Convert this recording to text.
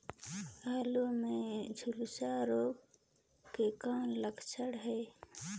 आलू मे झुलसा रोग के कौन लक्षण हे?